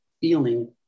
feeling